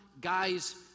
guy's